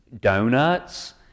Donuts